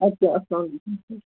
اَدٕکیٛاہ اَلسلامُ علیکُم سَر